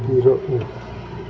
ꯄꯤꯔꯛꯎ